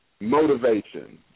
motivation